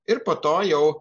ir po to jau